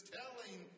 telling